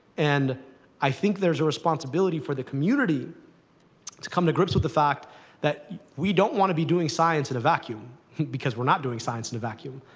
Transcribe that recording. and i think there is a responsibility for the community to come to grips with the fact that we don't want to be doing science in a vacuum because we're not doing science in a vacuum.